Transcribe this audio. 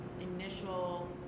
initial